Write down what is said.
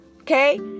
Okay